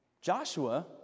Joshua